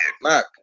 Mac